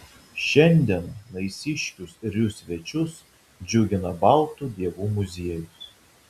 šiandien naisiškius ir jų svečius džiugina baltų dievų muziejus